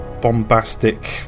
bombastic